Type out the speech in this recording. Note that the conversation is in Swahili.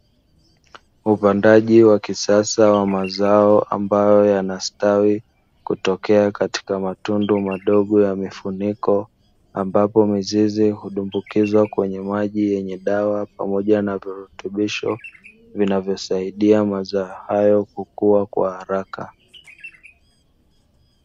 Upandaji wa kisasa wa mazao ambayo yanastawi kutokea katika matundu madogo ya mifuniko, ambapo mizizi hudumbukizwa kwenye maji yenye dawa, pamoja na virutubisho vinavyosaidia mazao hayo kukua kwa haraka